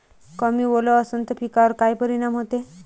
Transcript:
कमी ओल असनं त पिकावर काय परिनाम होते?